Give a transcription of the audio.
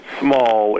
small